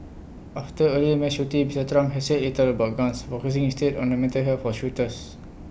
after earlier mass shootings Mister Trump has said little about guns focusing instead on the mental health of shooters